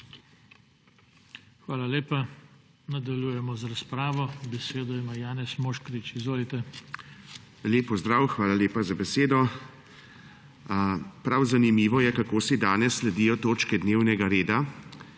Hvala lepa. Nadaljujemo z razpravo. Besedo ima Janez Moškrič. Izvolite. **JANEZ MOŠKRIČ (PS SDS):** Lep pozdrav! Hvala lepa za besedo. Prav zanimivo je, kako si danes sledijo točke dnevnega reda.